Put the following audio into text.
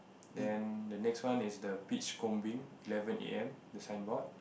then the next one is the beach combing eleven a_m the signboard